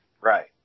Right